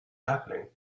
happening